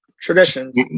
traditions